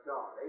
God